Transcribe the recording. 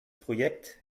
projekt